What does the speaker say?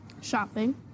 Shopping